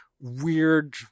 weird